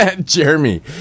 Jeremy